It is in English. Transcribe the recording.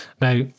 Now